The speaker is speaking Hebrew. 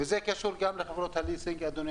וזה קשור גם לחברות הליסינג, אדוני